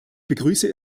begrüße